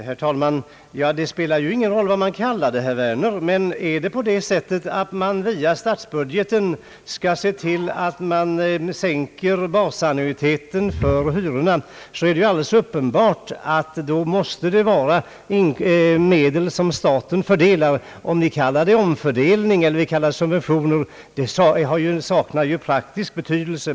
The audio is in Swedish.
Herr talman! Det spelar ju ingen roll vad vi kallar det, herr Werner, men är det på det sättet att man via statsbudgeten sänker basannuiteten för hyrorna, är det uppenbart att det måste vara medel som staten fördelar — om vi kallar det för omfördelning eller kallar det för subventioner, saknar ju praktisk betydelse.